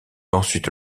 ensuite